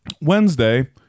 Wednesday